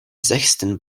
sechsten